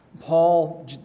Paul